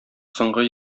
соңгы